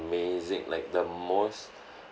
amazing like the most